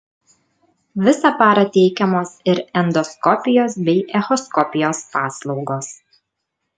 visą parą teikiamos ir endoskopijos bei echoskopijos paslaugos